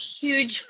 huge